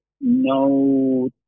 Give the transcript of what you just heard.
no